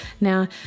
Now